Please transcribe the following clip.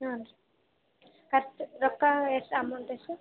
ಹಾಂ ಖರ್ಚು ರೊಕ್ಕ ಎಷ್ಟು ಅಮೌಂಟ್ ಎಷ್ಟು